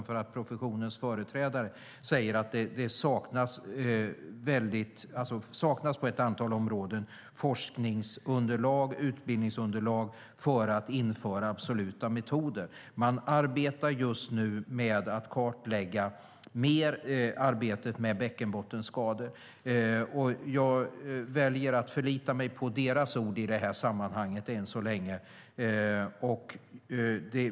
Det är professionens företrädare som säger att det saknas på ett antal områden forskningsunderlag och utbildningsunderlag för att införa absoluta metoder. Man arbetar just nu med att kartlägga bäckenbottenskador. Jag väljer att förlita mig på professionens ord i det här sammanhanget än så länge.